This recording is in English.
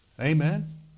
Amen